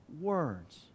words